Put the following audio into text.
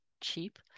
cheap